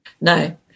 no